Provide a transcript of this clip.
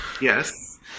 Yes